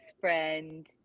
friend